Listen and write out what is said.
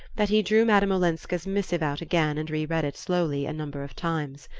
that he drew madame olenska's missive out again and re-read it slowly a number of times.